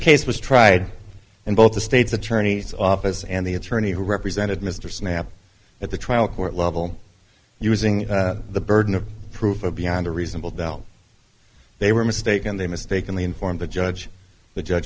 case was tried and both the state's attorney's office and the attorney who represented mr snapped at the trial court level using the burden of proof beyond a reasonable doubt they were mistaken they mistakenly informed the judge the judge